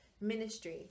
ministry